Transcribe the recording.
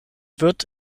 wird